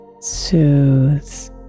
soothes